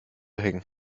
hängen